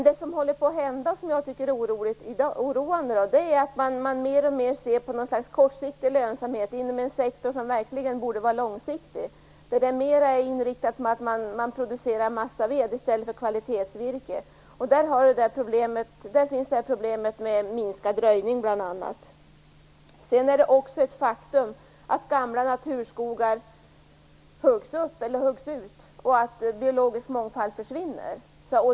Det som håller på att hända och som jag tycker är oroande är att man mer och mer ser till en kortsiktig lönsamhet inom en sektor som verkligen borde ha ett långsiktigt perspektiv. Det är nu mer inriktat på att producera massaved än att ta fram kvalitetsvirke. Det är i det sammanhanget som problemet med minskad röjning kommer in. Det är också ett faktum att gamla naturskogar huggs ut och att biologisk mångfald försvinner.